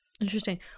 Interesting